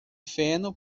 feno